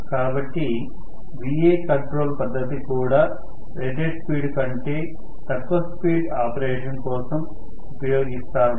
కాబట్టిVa control పద్ధతి కూడా rated speed కంటే తక్కువ స్పీడ్ ఆపరేషన్ కోసం ఉపయోగిస్తాము